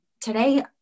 today